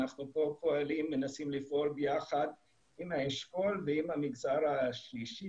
אנחנו פה מנסים לפעול ביחד עם האשכול ועם המגזר השלישי,